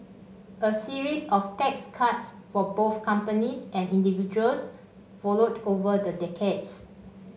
a series of tax cuts for both companies and individuals followed over the decades